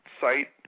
site